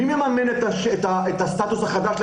מי מממן את הסטטוס החדש?